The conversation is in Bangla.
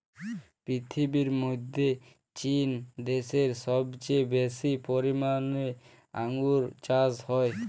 পীরথিবীর মধ্যে চীন দ্যাশে সবচেয়ে বেশি পরিমালে আঙ্গুর চাস হ্যয়